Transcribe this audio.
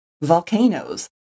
volcanoes